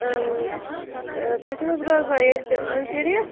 اَہَن حظ تُہۍ چھُو نہٕ حظ روزان ییٚتہِ شریٖف